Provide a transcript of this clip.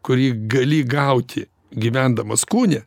kurį gali gauti gyvendamas kūne